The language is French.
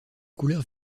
couleurs